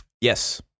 Yes